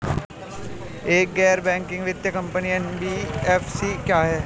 एक गैर बैंकिंग वित्तीय कंपनी एन.बी.एफ.सी क्या है?